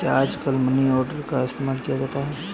क्या आजकल money order का इस्तेमाल होता है?